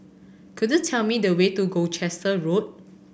could you tell me the way to Gloucester Road